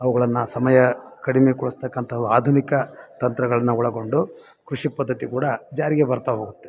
ಅವುಗಳನ್ನು ಸಮಯ ಕಡಿಮೆಗೊಳಿಸತಕ್ಕಂಥವು ಆಧುನಿಕ ತಂತ್ರಗಳನ್ನ ಒಳಗೊಂಡು ಕೃಷಿ ಪದ್ಧತಿ ಕೂಡ ಜಾರಿಗೆ ಬರ್ತಾ ಹೋಗುತ್ತೆ